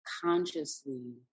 consciously